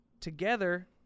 together